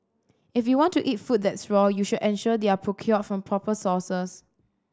if you want to eat food that's raw you should ensure they are procured from proper sources